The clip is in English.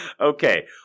Okay